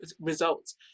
results